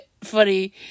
funny